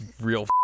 Real